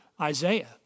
Isaiah